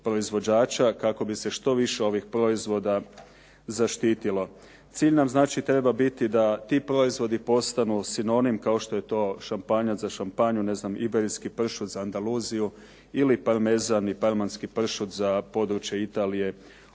proizvođača kako bi se što više ovih proizvoda zaštitilo. Cilj nam znači treba biti da ti proizvodi postanu sinonim kao što je to šampanjac za Champagnu, iberijski pršut za Andaluziju ili parmezan i parmanski pršut za područje Italije